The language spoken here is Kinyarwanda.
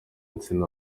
nsina